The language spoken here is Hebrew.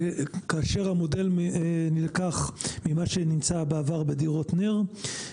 המודל נלקח ממה שנמצא בעבר בדירות נ"ר.